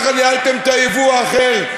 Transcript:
ככה ניהלתם את היבוא האחר,